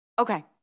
Okay